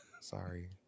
Sorry